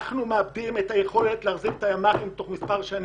אנחנו מאבדים את היכולת להחזיק את הימח"ים תוך מספר שנים.